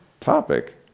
topic